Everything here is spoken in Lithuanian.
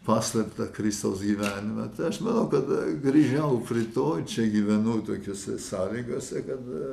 paslėptą kristaus gyvenimą tai aš manau kad grįžau prie to čia gyvenu tokiose sąlygose kad